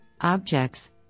objects